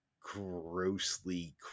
grossly